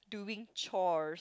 doing chore